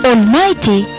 Almighty